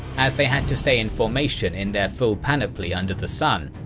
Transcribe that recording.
as they had to stay in formation in their full panoply under the sun.